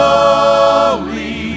Holy